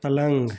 पलंग